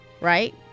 right